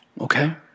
okay